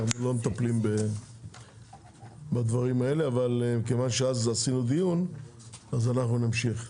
אנחנו לא מטפלים בדברים האלה אבל כיוון שאז עשינו דיון אז אנחנו נמשיך.